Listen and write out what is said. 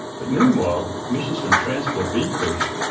but meanwhile, emissions from transport have increased,